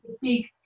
big